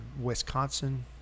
wisconsin